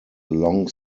long